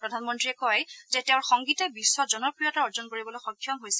প্ৰধানমন্ত্ৰীয়ে কয় যে তেওঁৰ সংগীতে বিশ্বত জনপ্ৰিয়তা অৰ্জন কৰিবলৈ সক্ষম হৈছে